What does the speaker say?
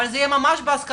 אבל זה יהיה ממש בהסכמתי.